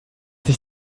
sich